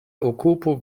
okupo